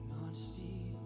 honesty